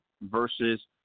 versus